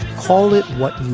call it what you